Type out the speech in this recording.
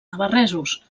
navarresos